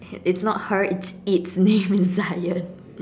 it's not her its name is Zion